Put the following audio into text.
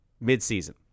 mid-season